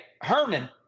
Herman